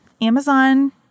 Amazon